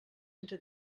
entre